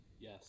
Yes